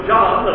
John